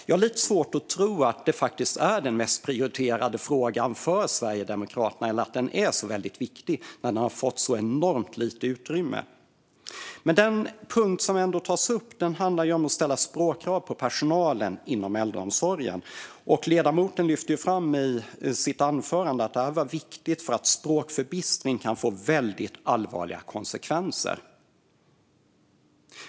Jag har lite svårt att tro att detta faktiskt är den mest prioriterade frågan för Sverigedemokraterna eller att den är väldigt viktig när den har fått så enormt lite utrymme. Men den punkt som ändå tas upp handlar om att ställa språkkrav på personalen inom äldreomsorgen. Ledamoten lyfte i sitt anförande fram att det var viktigt eftersom språkförbistring kan få väldigt allvarliga konsekvenser.